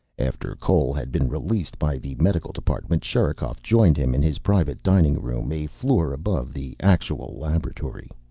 after cole had been released by the medical department, sherikov joined him in his private dining room, a floor above the actual laboratory.